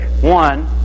one